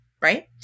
right